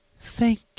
Thank